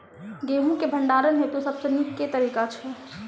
गेंहूँ केँ भण्डारण हेतु सबसँ नीक केँ तरीका छै?